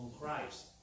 Christ